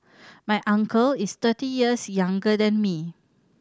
my uncle is thirty years younger than me